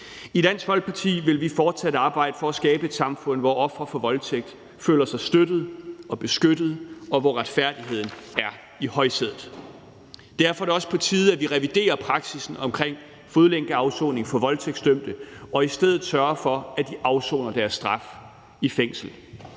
I Dansk Folkeparti vil vi fortsat arbejde for at skabe et samfund, hvor ofre for voldtægt føler sig støttet og beskyttet, og hvor retfærdigheden er i højsædet. Derfor er det også på tide, at vi reviderer praksissen omkring fodlænkeafsoning for voldtægtsdømte og i stedet sørger for, at de afsoner deres straf i fængsel.